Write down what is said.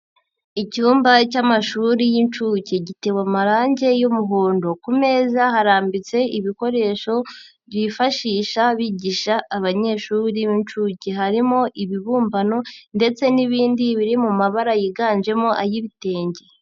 Icyumba cy'amashuri y'inshuke. Gitewe amarange y'umuhondo. Ku meza harambitse ibikoresho bifashisha bigisha abanyeshuri b'inshuke. Harimo ibibumbano ndetse n'ibindi biri mu mabara yiganjemo ay'ibitenge.